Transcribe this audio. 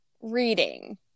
Reading